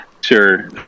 sure